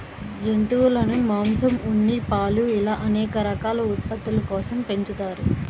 జంతువులను మాంసం, ఉన్ని, పాలు ఇలా అనేక రకాల ఉత్పత్తుల కోసం పెంచుతారు